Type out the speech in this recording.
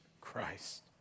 Christ